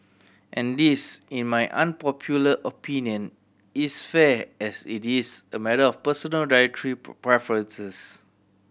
and this in my unpopular opinion is fair as it is a matter of personal dietary preferences